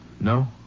No